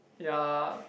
ya